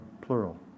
plural